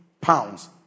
pounds